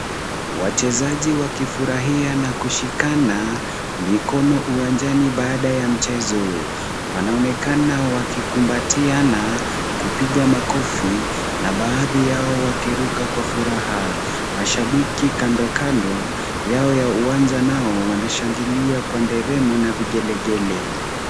Wachezaji wakifurahia na kushikana mikono uwanjani baada ya mchezo. Wanaonekana wakikumbatiana, kupiga makofi na baadhi yao wakiruka kwa furaha. Mashabiki kando kando yao ya uwanja nao, wanashangilia kwa nderemo na vigelegele.